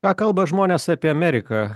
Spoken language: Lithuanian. ką kalba žmonės apie ameriką